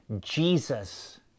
Jesus